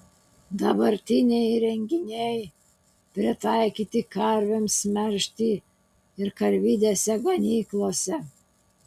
dabartiniai įrenginiai pritaikyti karvėms melžti ir karvidėse ganyklose